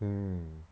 mm